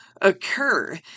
occur